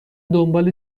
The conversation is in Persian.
دنبال